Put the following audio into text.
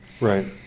Right